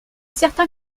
certain